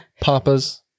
papa's